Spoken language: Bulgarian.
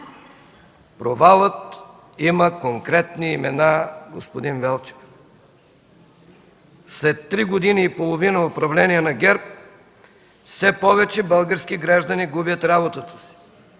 Провалът има конкретни имена, господин Велчев. След три години и половина управление на ГЕРБ все повече български граждани губят работата си,